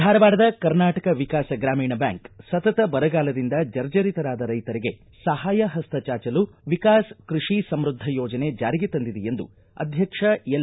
ಧಾರವಾಡದ ಕರ್ನಾಟಕ ವಿಕಾಸ ಗ್ರಾಮೀಣ ಬ್ಯಾಂಕ್ ಸತತ ಬರಗಾಲದಿಂದ ಜರ್ಜರಿತರಾದ ರೈತರಿಗೆ ಸಹಾಯಪಸ್ತ ಚಾಚಲು ವಿಕಾಸ್ ಕೃಷಿ ಸಮೃದ್ಧ ಯೋಜನೆ ಜಾರಿಗೆ ತಂದಿದೆ ಎಂದು ಅಧ್ಯಕ್ಷ ಎಲ್